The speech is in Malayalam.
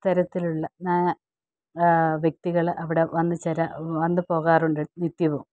തരത്തിലുള്ള വ്യക്തികൾ അവിടെ വന്നു ചേരുക വന്നു പോകാറുണ്ട് നിത്യവും